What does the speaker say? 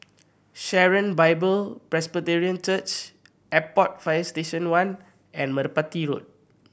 Sharon Bible Presbyterian Church Airport Fire Station One and Merpati Road